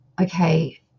okay